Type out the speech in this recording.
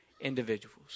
individuals